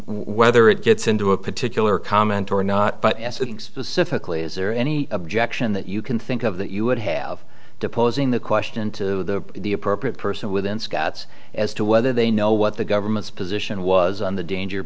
whether it gets into a particular comment or not but essex pacifically is there any objection that you can think of that you would have to posing the question to the appropriate person within scouts as to whether they know what the government's position was on the danger